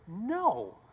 No